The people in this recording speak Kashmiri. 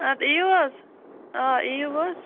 اَدٕ یِیِو حظ اۭں یِیِو حظ